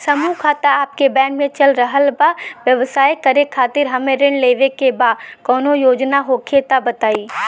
समूह खाता आपके बैंक मे चल रहल बा ब्यवसाय करे खातिर हमे ऋण लेवे के कौनो योजना होखे त बताई?